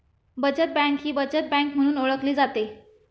बचत बँक ही बचत बँक म्हणून ओळखली जाते